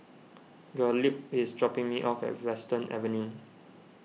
Gottlieb is dropping me off at Western Avenue